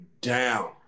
down